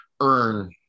earn